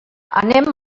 anem